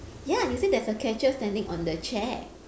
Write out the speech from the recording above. ya you said there's a catcher standing on the chair